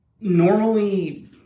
Normally